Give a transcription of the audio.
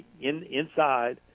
inside